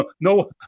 no